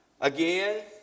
Again